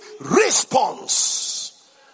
response